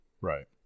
Right